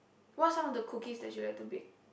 what some of the cookies that you like to bake